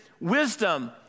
wisdom